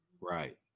Right